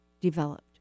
developed